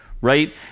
right